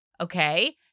Okay